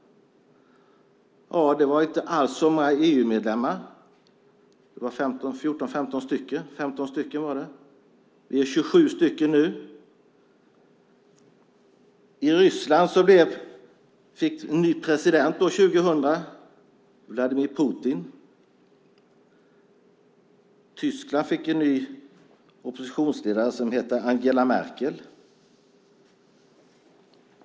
Det var inte alls så många EU-medlemmar. Det var 15 stycken. Det är nu 27 stycken. Ryssland fick en ny president år 2000, Vladimir Putin. Tyskland fick en ny oppositionsledare som hette Angela Merkel.